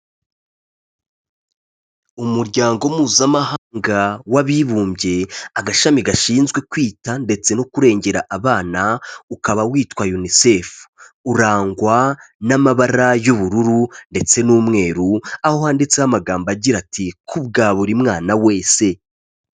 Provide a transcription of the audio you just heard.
Umuryango mpuzamahanga w'abibumbye agashami gashinzwe kwita ndetse no kurengera abana, ukaba witwa UNICEF, urangwa n'amabara y'ubururu ndetse n'umweru, aho wanditseho amagambo agira ati:" Kubwa buri mwana wese."